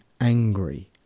angry